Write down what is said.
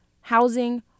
housing